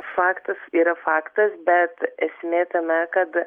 faktas yra faktas bet esmė tame kad